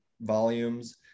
volumes